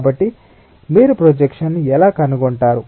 కాబట్టి మీరు ప్రొజెక్షన్ను ఎలా కనుగొంటారు